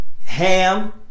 Ham